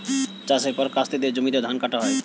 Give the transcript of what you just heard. চাষের পর কাস্তে দিয়ে জমিতে ধান কাটা হয়